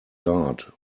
guard